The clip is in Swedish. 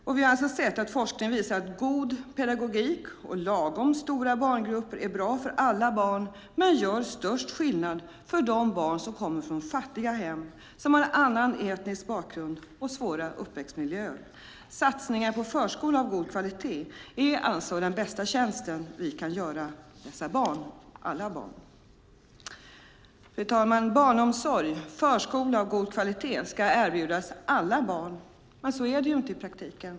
Och vi har alltså sett att forskning visar att god pedagogik och lagom stora barngrupper är bra för alla barn men gör störst skillnad för de barn som kommer från fattiga hem, som har en annan etnisk bakgrund och svåra uppväxtmiljöer. Satsningar på förskola av god kvalitet är alltså den bästa tjänsten vi kan göra dessa barn, alla barn. Fru talman! Barnomsorg och förskola av god kvalitet ska erbjudas alla barn, men så är det inte i praktiken.